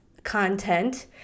content